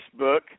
Facebook